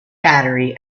battery